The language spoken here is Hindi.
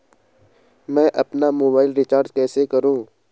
मैं अपना मोबाइल रिचार्ज कैसे करूँ?